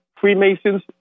Freemasons